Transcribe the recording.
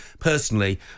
Personally